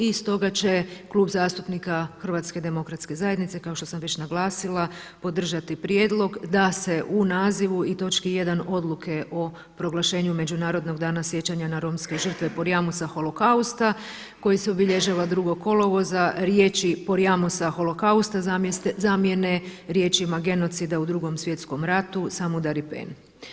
I stoga će Klub zastupnika Hrvatske demokratske zajednice kao što sam već naglasila podržati prijedlog da se u nazivu i točki 1. Odluke o proglašenju Međunarodnog dana sjećanja na romske žrtve Porajmosa, Holokausta koji se obilježava 2. kolovoza riječi Porajmosa, Holokausta zamijene riječima genocida u Drugom svjetskom ratu Samudaripen.